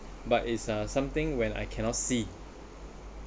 but it's uh something when I cannot see